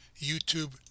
YouTube